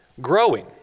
growing